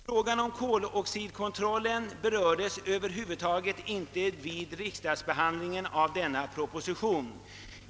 Frågan om koloxidkontrollen berördes över huvud taget inte vid riksdagsbehandlingen av denna proposition.